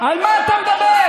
על מה אתה מדבר?